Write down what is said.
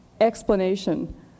explanation